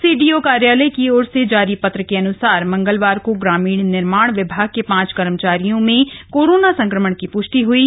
CDO कार्यालय की ओर से जारी पत्र के अन्सार मंगलवार को ग्रामीण निर्माण विभाग के पांच कर्मचारियों में कोरोना संक्रमण की पृष्टि हुई है